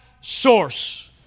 source